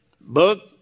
book